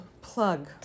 Plug